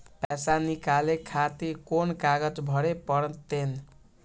पैसा नीकाले खातिर कोन कागज भरे परतें?